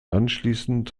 anschließend